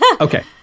Okay